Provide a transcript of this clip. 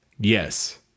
Yes